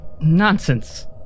Nonsense